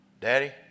Daddy